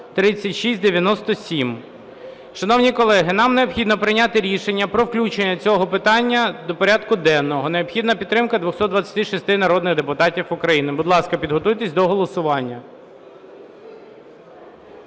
Шановні колеги, нам необхідно прийняти рішення про включення цього питання до порядку денного. Необхідна підтримка 226 народних депутатів України. Будь ласка, підготуйтесь до голосування.